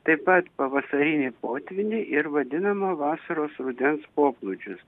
taip pat pavasarinį potvynį ir vadinamo vasaros rudens poplūdžius